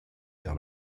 car